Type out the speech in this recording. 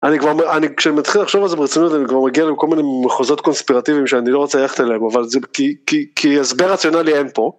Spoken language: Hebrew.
אני כבר, כשאני מתחיל לחשוב על זה ברצונות אני כבר מגיע לכל מיני מחוזות קונספירטיביים שאני לא רוצה ללכת אליהם, אבל זה כי כי הסבר רציונלי אין פה.